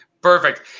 Perfect